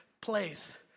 place